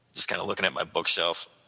just kind of looking at my bookshelf